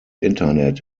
internet